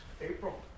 April